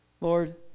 lord